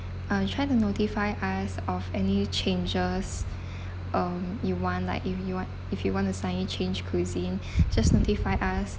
uh try to notify us of any changes um you want like if you want if you want to suddenly change cuisine just notify us